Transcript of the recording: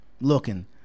Looking